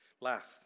Last